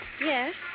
Yes